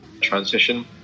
transition